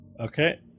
Okay